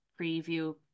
preview